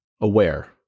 aware